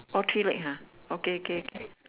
orh three leg ha okay okay okay